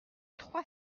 trois